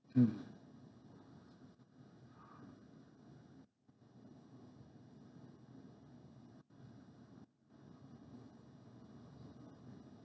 mm